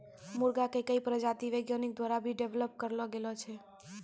मुर्गा के कई प्रजाति वैज्ञानिक द्वारा भी डेवलप करलो गेलो छै